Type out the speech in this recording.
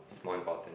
is more important